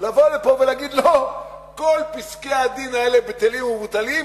לבוא לפה ולהגיד: כל פסקי-הדין האלה בטלים ומבוטלים,